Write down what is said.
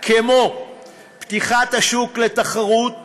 כמו פתיחת השוק לתחרות